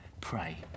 pray